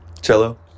cello